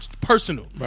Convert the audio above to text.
personal